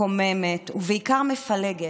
מקומם ובעיקר מפלג.